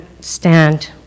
stand